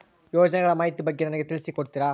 ಯೋಜನೆಗಳ ಮಾಹಿತಿ ಬಗ್ಗೆ ನನಗೆ ತಿಳಿಸಿ ಕೊಡ್ತೇರಾ?